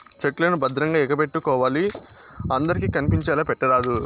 check లను భద్రంగా ఎగపెట్టుకోవాలి అందరికి కనిపించేలా పెట్టరాదు